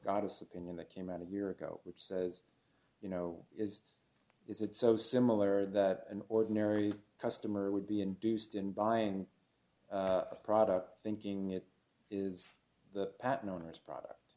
goddess opinion that came out a year ago which says you know is it so similar that an ordinary customer would be induced in buying a product thinking it is the patent owner's product